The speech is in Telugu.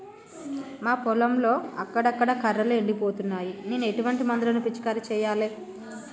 మా పొలంలో అక్కడక్కడ కర్రలు ఎండిపోతున్నాయి నేను ఎటువంటి మందులను పిచికారీ చెయ్యాలే?